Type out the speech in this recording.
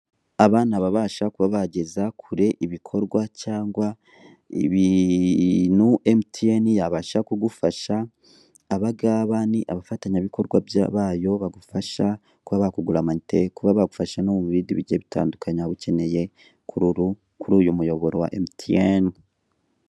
Aba ni ababasha kuba bageza kure ibikorwa cyangwa ibintu MTN yabasha kugufasha, aba ngaba ni abafatanyabikorwa bayo bagufasha kuba bakugurira amayinite, kuba bagufasha no mu bindi bigiye bitandukanye waba ukeneye kuri uyu muyoboro wa MTN.